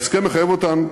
ההסכם מחייב אותן,